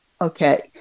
Okay